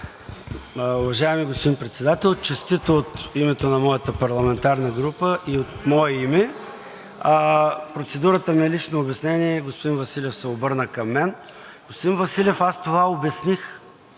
Уважаеми господин Председател, честито от името на моята парламентарна група и от мое име! Процедурата ми е лично обяснение, господин Василев се обърна към мен. Господин Василев, аз това обясних,